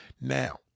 now